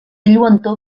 lluentor